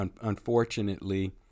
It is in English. Unfortunately